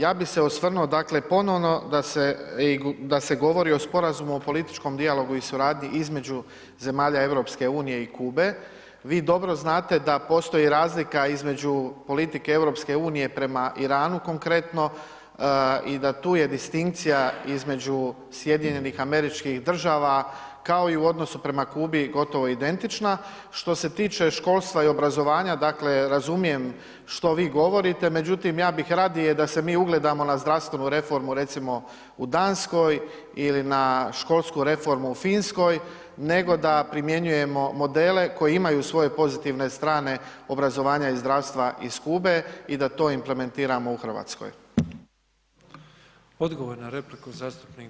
Ja bih se osvrnuo dakle ponovno da se govori o Sporazumu o političkom dijalogu i suradnji između zemalja EU i Kube, vi dobro znate da postoji razlika između politike EU prema Iranu konkretno i da tu je distinkcija između SAD-a kao i u odnosu prema Kubi gotovo identična, što se tiče školstva i obrazovanja dakle razumijem što vi govorite međutim ja bih radije da se mi ugledamo na zdravstvenu reformu recimo u Danskoj ili na školsku reformu u Finskoj, nego da primjenjujemo modele koji imaju svoje pozitivne strane obrazovanja i zdravstva iz Kube i da to implementiramo u Hrvatskoj.